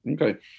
Okay